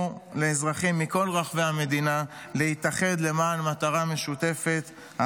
לאזרחים מכל רחבי המדינה להתאחד למען מטרה משותפת,